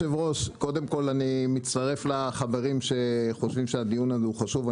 מצטרף לחברים שחושבים שהדיון חשוב,